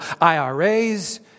IRAs